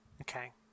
Okay